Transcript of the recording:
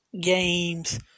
games